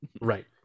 Right